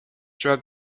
drug